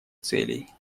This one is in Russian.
целей